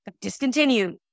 discontinued